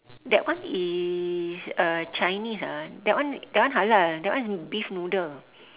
that one is uh Chinese ah that one that one halal that one beef noodle